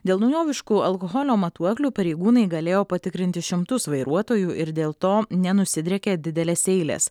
dėl naujoviškų alkoholio matuoklių pareigūnai galėjo patikrinti šimtus vairuotojų ir dėl to nenusidriekė didelės eilės